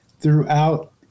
throughout